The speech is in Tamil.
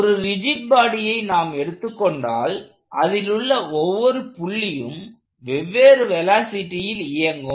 ஒரு ரிஜிட் பாடியை நாம் எடுத்துக் கொண்டால் அதிலுள்ள ஒவ்வொரு புள்ளியும் வெவ்வேறு வெலாசிட்டியில் இயங்கும்